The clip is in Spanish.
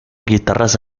guitarras